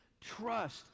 trust